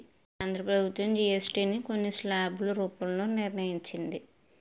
కేంద్ర ప్రభుత్వం జీఎస్టీ ని కొన్ని స్లాబ్ల రూపంలో నిర్ణయించింది